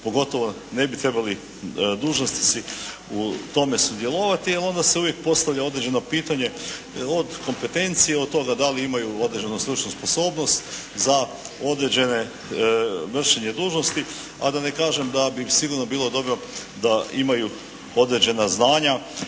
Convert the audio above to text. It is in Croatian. pogotovo ne bi trebali dužnosnici u tome sudjelovati jer onda se uvijek postavlja određeno pitanje od kompetencije, od toga da li imaju određenu stručnu sposobnost za određene, vršenje dužnosti, a da ne kažem da bi sigurno bilo dobro da imaju određena znanja